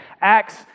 Acts